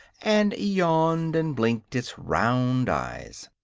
and yawned and blinked its round eyes.